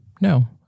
no